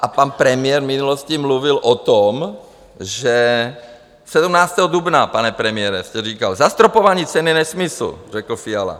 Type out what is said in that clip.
A pan premiér v minulosti mluvil o tom, že 17. dubna, pane premiére, jste říkal: Zastropování ceny je nesmysl, řekl Fiala.